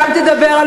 שם תדבר על